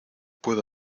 puedo